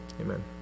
amen